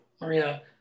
Maria